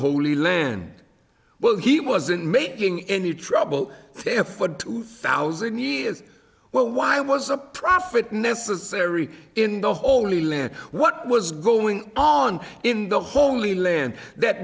holy land well he wasn't making any trouble there for two thousand years well why was a prophet necessary in the holy land what was going on in the holy land that